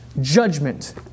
Judgment